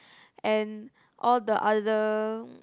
and all the other